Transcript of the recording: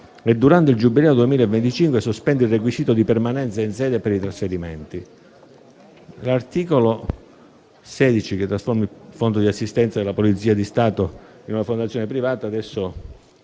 e, durante il Giubileo 2025, sospende il requisito di permanenza in sede per i trasferimenti. L'articolo 16, che trasforma il Fondo di assistenza della Polizia di Stato in una fondazione privata, adesso